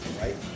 right